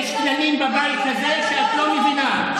יש כללים בבית הזה שאת לא מבינה.